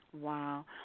Wow